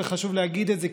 חשוב להגיד את זה,